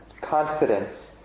confidence